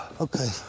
okay